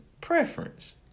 preference